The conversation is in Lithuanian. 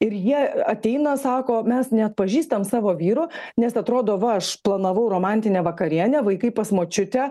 ir jie ateina sako mes neatpažįstam savo vyro nes atrodo va aš planavau romantinę vakarienę vaikai pas močiutę